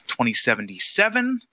2077